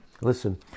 Listen